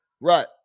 Right